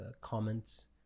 comments